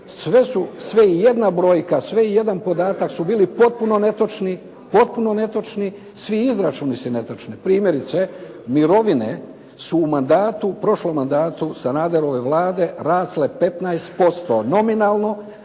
Sve jedna brojka, sve i jedan podatak su bili potpuno netočni, svi izračuni su netočni. Primjerice, mirovine su u prošlom mandatu Sanaderove vlade rasle 15% nominalno,